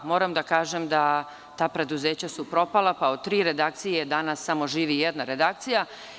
Moram da kažem da su ta preduzeća propala, pa od tri redakcije, danas živi samo jedna redakcija.